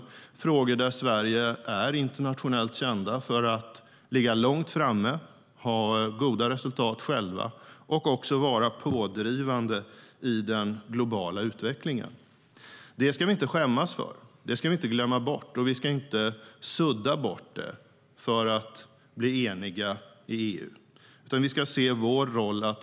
Det är frågor där Sverige är internationellt känt för att ligga långt framme, ha goda resultat självt och även vara pådrivande i den globala utvecklingen. Det ska vi inte skämmas för eller glömma bort, och det ska vi inte sudda bort för att bli eniga i EU, utan vi ska se vår roll.